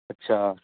اچھا